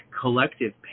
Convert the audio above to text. collective